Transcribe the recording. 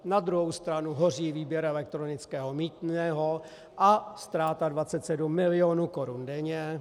Na druhou stranu hoří výběr elektronického mýtného a ztráta 27 milionů korun denně.